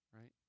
right